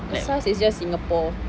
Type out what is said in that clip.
SARS is just singapore